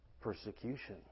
persecution